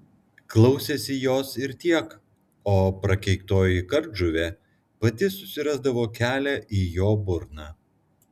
klausėsi jos ir tiek o prakeiktoji kardžuvė pati susirasdavo kelią į jo burną